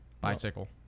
Bicycle